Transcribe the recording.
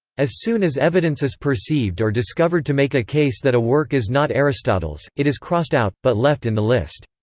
as soon as evidence is perceived or discovered to make a case that a work is not aristotle's, it is crossed out, but left in the list.